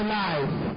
life